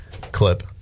Clip